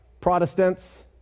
Protestants